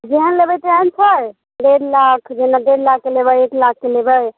जेहन लेबै तेहन छै डेढ़ लाख दू नबे लाख कऽ एक लाखके लेबै